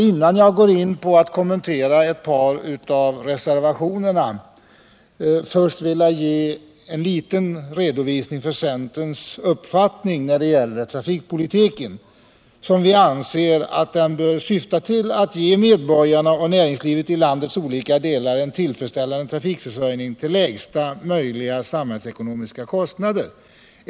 Innan jag går in på att kommentera ett par av reservationerna skulle jag vilja ge en liten redovisning för centerns uppfattning om trafikpolitiken. Vi anser att den bör syfta till att ge medborgarna och näringslivet i landets olika delar en tillfredsställande trafikförsörjning till lägsta möjliga samhällsekonomiska kostnader.